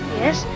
yes